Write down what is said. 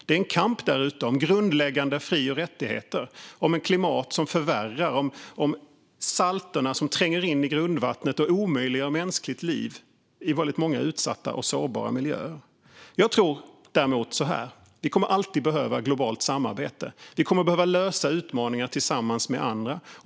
Det är en kamp därute om grundläggande fri och rättigheter, ett klimat som förvärrar och salterna som tränger in i grundvattnet och omöjliggör mänskligt liv i väldigt många utsatta och sårbara miljöer. Jag tror däremot så här: Vi kommer alltid att behöva globalt samarbete. Vi kommer att behöva lösa utmaningar tillsammans med andra.